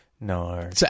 No